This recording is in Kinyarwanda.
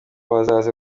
bazaze